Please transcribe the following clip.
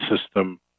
system